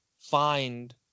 find